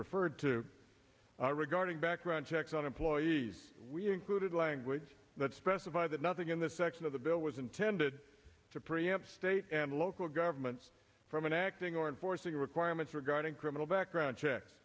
referred to regarding background checks on employees we included language that specify that nothing in the section of the bill was intended to preempt state and local governments from an acting or enforcing requirements regarding criminal background checks